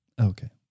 Okay